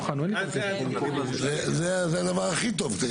זה הדבר הכי טוב.